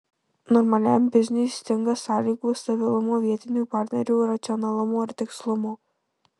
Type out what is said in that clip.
normaliam bizniui stinga sąlygų stabilumo vietinių partnerių racionalumo ir tikslumo